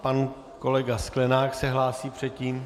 Pan kolega Sklenák se hlásí předtím.